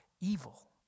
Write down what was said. evil